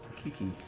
kiki.